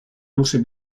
also